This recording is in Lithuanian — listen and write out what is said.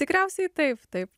tikriausiai taip taip